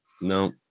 No